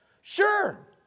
Sure